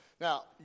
Now